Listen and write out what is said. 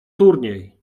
turniej